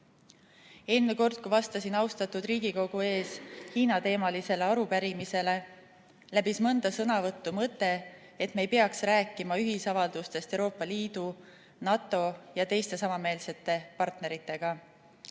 kord, kui vastasin austatud Riigikogu ees Hiina-teemalisele arupärimisele, läbis mõnda sõnavõttu mõte, et me ei peaks rääkima ühisavaldustest Euroopa Liidu, NATO ja teiste samameelsete partneritega.